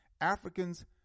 Africans